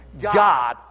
God